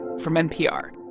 from npr